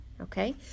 okay